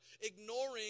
ignoring